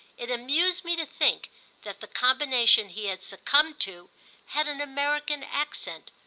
it amused me to think that the combination he had succumbed to had an american accent,